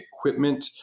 equipment